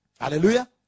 hallelujah